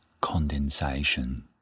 condensation